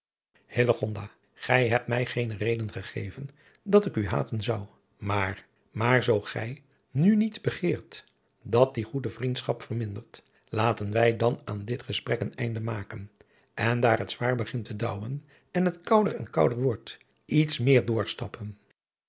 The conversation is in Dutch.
gij hebt mij geene reden ge geven dat ik u haten zou maar maar zoo gij nu niet begeert dat die goede vriend schap vermindert laten wij dan aan dit gesprek een einde maken en daar het zwaar begint te dauwen en het kouder en kouder wordt iets meer